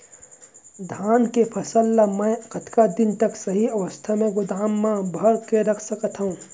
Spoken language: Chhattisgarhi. धान के फसल ला मै कतका दिन तक सही अवस्था में गोदाम मा भर के रख सकत हव?